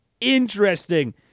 interesting